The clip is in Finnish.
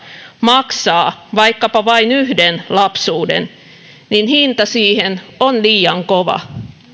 maksaa vaikkapa vain yhden lapsuuden niin hinta siihen on liian kova